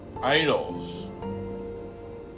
idols